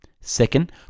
Second